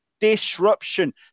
disruption